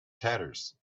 tatters